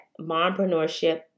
mompreneurship